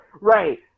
right